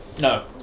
No